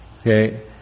Okay